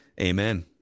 Amen